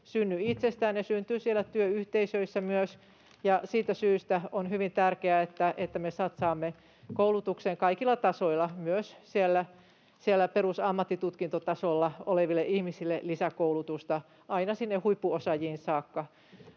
synny itsestään, ne syntyvät siellä työyhteisöissä myös, ja siitä syystä on hyvin tärkeää, että me satsaamme koulutukseen kaikilla tasoilla, myös siellä perusammattitutkintotasolla oleville ihmisille lisäkoulutusta aina sinne huippuosaajiin saakka.